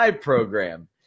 program